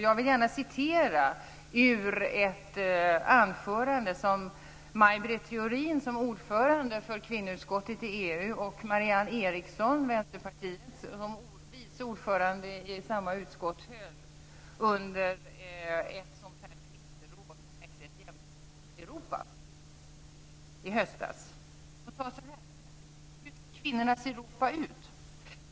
Jag vill gärna läsa ur anföranden som Maj Britt Marianne Eriksson från Vänsterpartiet som vice ordförande i samma utskott höll i höstas under ett ministerråd som hette Jämställt Europa. De sade så här: Hur ser kvinnornas Europa ut?